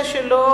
שש, שבע,